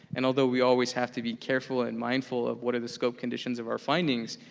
and although we always have to be careful and mindful of what are the scope conditions of our findings,